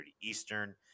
Eastern